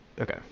Okay